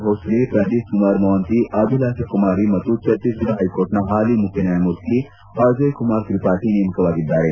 ಭೋಸಲೆ ಪ್ರದೀಪ್ ಕುಮಾರ್ ಮೊಹಂತಿ ಅಭಿಲಾಷ ಕುಮಾರಿ ಮತ್ತು ಛತ್ತೀಲ್ಗಢ ಹೈಕೋರ್ಟ್ನ ಹಾಲಿ ಮುಖ್ಯನ್ನಾಯಮೂರ್ತಿ ಅಜಯ್ ಕುಮಾರ್ ತ್ರಿಪಾಠಿ ನೇಮಕವಾಗಿದ್ದಾರೆ